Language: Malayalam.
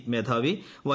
എ മേധാവി വൈ